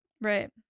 right